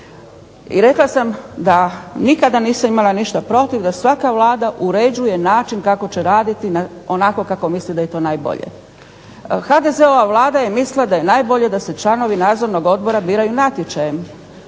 I rekla sam da nikada nisam imala ništa protiv, da svaka vlada uređuje način kako će raditi onako kako to misli da je najbolje. HDZ-ova vlada je mislila da je najbolje da se članovi nadzornog odbora biraju natječajem.